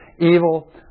evil